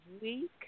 week